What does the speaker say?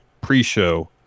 pre-show